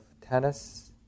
Tennis